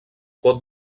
pot